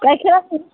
गाइखेरा